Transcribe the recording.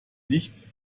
nichts